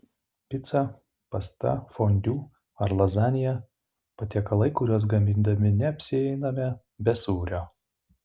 pica pasta fondiu ar lazanija patiekalai kuriuos gamindami neapsieiname be sūrio